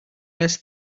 less